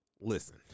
listen